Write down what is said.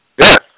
Yes